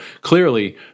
clearly